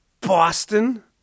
Boston